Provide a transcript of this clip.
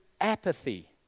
apathy